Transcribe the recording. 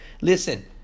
Listen